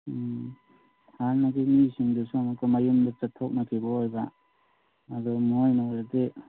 ꯎꯝ ꯍꯥꯟꯅꯒꯤ ꯃꯤꯁꯤꯡꯗꯨꯁꯨ ꯑꯃꯨꯛꯀ ꯃꯌꯨꯝꯗ ꯆꯠꯊꯣꯛꯅꯈꯤꯕ ꯑꯣꯏꯕ ꯑꯗꯨ ꯃꯣꯏꯅ ꯑꯣꯏꯔꯗꯤ